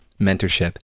mentorship